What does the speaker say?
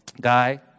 guy